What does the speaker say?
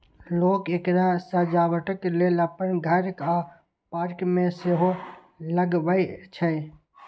लोक एकरा सजावटक लेल अपन घर आ पार्क मे सेहो लगबै छै